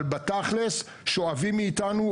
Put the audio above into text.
אבל בעיקרון שואבים מאיתנו,